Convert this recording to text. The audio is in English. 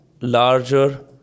larger